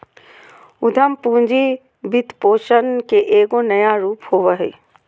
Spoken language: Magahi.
उद्यम पूंजी वित्तपोषण के एगो नया रूप होबा हइ